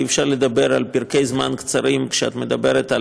אי-אפשר לדבר על פרקי זמן קצרים כשאת מדברת על